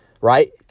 right